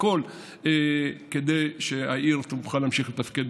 הכול כדי שהעיר תוכל להמשיך לתפקד.